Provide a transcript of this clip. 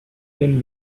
can